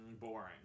boring